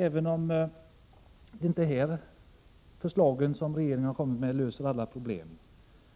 Även om regeringens förslag inte löser alla problem